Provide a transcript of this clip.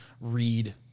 read